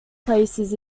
places